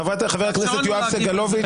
חבר הכנסת יואב סגלוביץ',